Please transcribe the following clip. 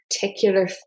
particular